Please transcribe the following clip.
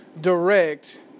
direct